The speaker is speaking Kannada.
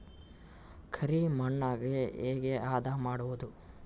ಕರಿ ಮಣ್ಣಗೆ ಹೇಗೆ ಹದಾ ಮಾಡುದು?